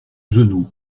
genoux